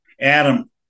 Adam